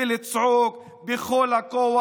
ולצעוק בכל הכוח: